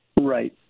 Right